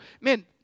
man